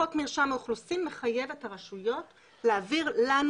חוק מרשם האוכלוסין מחייב את הרשויות להעביר לנו